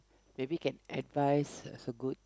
maybe can advise also good